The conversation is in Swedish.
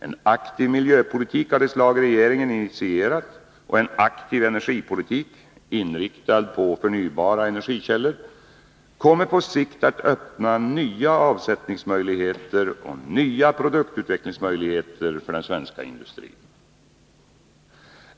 En aktiv miljöpolitik av det slag regeringen initierat och en aktiv energipolitik, inriktad på förnybara energikällor, kommer på sikt att öppna nya avsättningsmöjligheter och nya produktutvecklingsmöjligheter för den svenska industrin.